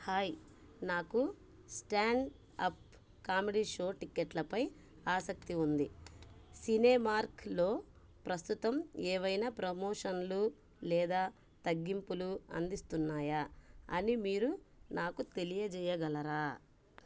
hi నాకు stand up comedy show టిక్కెట్లపై ఆసక్తి ఉంది సినేమార్క్లో ప్రస్తుతం ఏవైనా ప్రమోషన్లు లేదా తగ్గింపులు అందిస్తున్నాయా అని మీరు నాకు తెలియజేయగలరా